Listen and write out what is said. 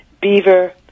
beaver